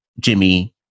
Jimmy